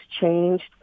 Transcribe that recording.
changed